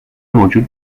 موجود